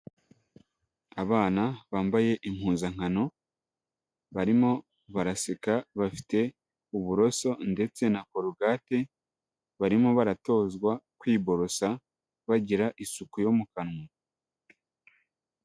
Abana bambaye impuzankano barimo baraseka bafite uburoso ndetse na corogate barimo baratozwa kwiborosa bagira isuku yo mu kanwa.